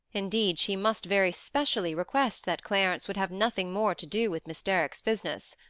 indeed, she must very specially request that clarence would have nothing more to do with miss derrick's business.